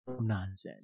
nonsense